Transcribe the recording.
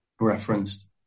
referenced